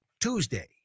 Tuesday